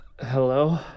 Hello